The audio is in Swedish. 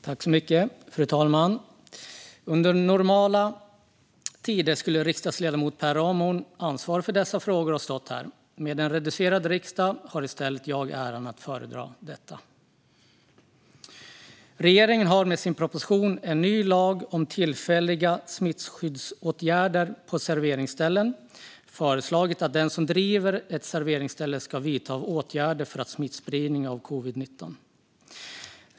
Fru talman! I normala tider skulle riksdagsledamot Per Ramhorn, som är ansvarig för dessa frågor, ha stått här. Med en reducerad riksdag har jag i stället äran att föredra detta. Regeringen har med sin proposition En ny lag om tillfälliga smittskyddsåtgärder på serveringsställen föreslagit att den som driver ett serveringsställe ska vidta åtgärder för att minska spridning av covid-19.